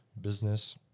business